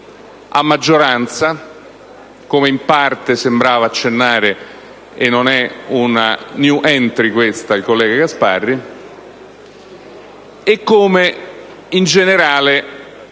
a maggioranza, come in parte sembrava accennare - e questa non è una *new entry* - il collega Gasparri, e come in generale,